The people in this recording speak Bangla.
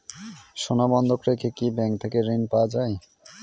সোনা বন্ধক রেখে কি ব্যাংক থেকে ঋণ পাওয়া য়ায়?